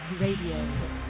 Radio